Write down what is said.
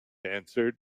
answered